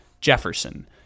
Jefferson